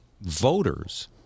voters